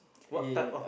what type of